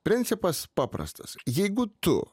principas paprastas jeigu tu